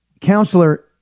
Counselor